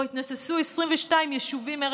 שבו התנוססו ערב הגירוש 22 יישובים.